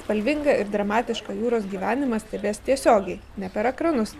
spalvingą ir dramatišką jūros gyvenimą stebės tiesiogiai ne per ekranus